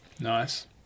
Nice